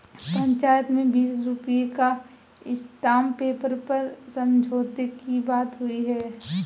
पंचायत में बीस रुपए का स्टांप पेपर पर समझौते की बात हुई है